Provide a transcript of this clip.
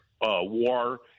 war